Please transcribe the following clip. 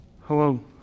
hello